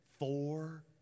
Four